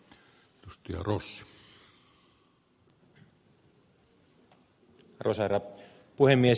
arvoisa herra puhemies